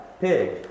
pig